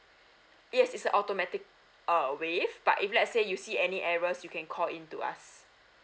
yes it's a automatic uh waive but if let's say you see any errors you can call in to us